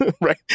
Right